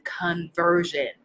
conversion